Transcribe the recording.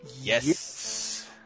Yes